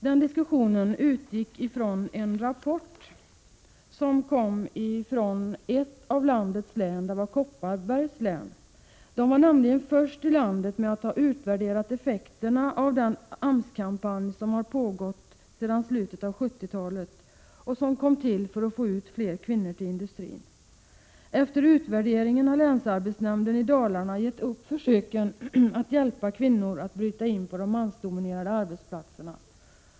Den diskussionen utgick från en rapport som kom från Kopparbergs län. Där var man nämligen först i landet med att ha utvärderat effekterna av den AMS-kampanj som har pågått sedan slutet av 70-talet och som kom till för att få ut fler kvinnor till industrin. Efter utvärderingen har länsarbetsnämnden i Dalarna gett upp försöken att hjälpa kvinnor att bryta in på de mansdominerade arbetsplatserna.